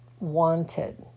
wanted